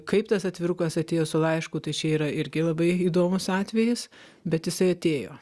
kaip tas atvirukas atėjo su laišku tai čia yra irgi labai įdomus atvejis bet jisai atėjo